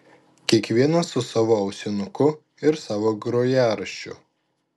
kiekvienas su savu ausinuku ir savu grojaraščiu